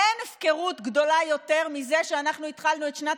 אין הפקרות גדולה יותר מזה שאנחנו התחלנו את שנת